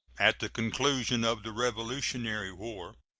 at the conclusion of the revolutionary war,